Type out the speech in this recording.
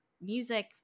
music